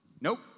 Nope